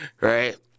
right